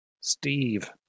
Steve